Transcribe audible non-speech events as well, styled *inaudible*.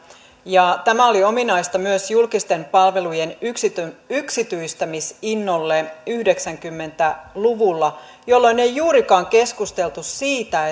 tämä oli ominaista myös julkisten palvelujen yksityistämisinnolle yhdeksänkymmentä luvulla jolloin ei juurikaan keskusteltu siitä *unintelligible*